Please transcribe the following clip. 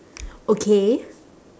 okay